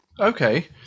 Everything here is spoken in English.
Okay